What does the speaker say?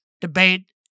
debate